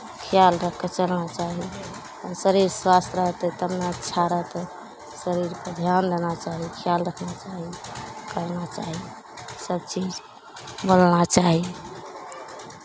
खयाल राखि कऽ चलना चाही शरीर स्वस्थ रहतै तब ने अच्छा रहतै शरीरपर ध्यान देना चाही खयाल रखना चाही करना चाही सभचीज बोलना चाही